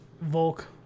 Volk